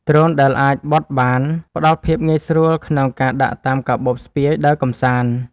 ដ្រូនដែលអាចបត់បាន ផ្ដល់ភាពងាយស្រួលក្នុងការដាក់តាមកាបូបស្ពាយដើរកម្សាន្ត។